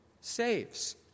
saves